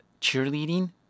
cheerleading